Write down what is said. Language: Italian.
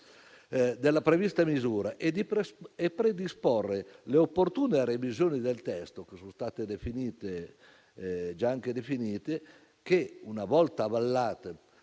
alla parte impresa - e predisporre le opportune revisioni del testo, che sono state già definite, che, una volta avallate